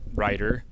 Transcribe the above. writer